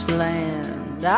land